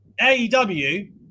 AEW